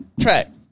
track